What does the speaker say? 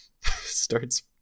starts